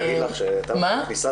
יש במדינת